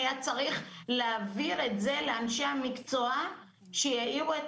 היה צריך להעביר את זה לאנשי המקצוע שיעירו את